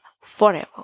forever